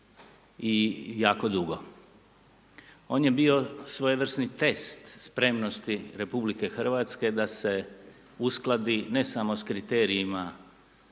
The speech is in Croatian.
i jako dugo. On je bio svojevrsni test spremnosti Republike Hrvatske da se uskladi, ne samo s kriterijima